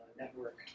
network